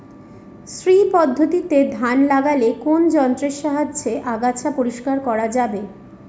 শ্রী পদ্ধতিতে ধান লাগালে কোন যন্ত্রের সাহায্যে আগাছা পরিষ্কার করা যাবে?